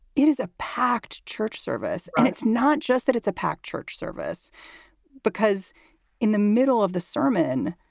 it is a packed church service, and it's not just that it's a packed church service because in the middle of the sermon,